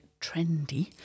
trendy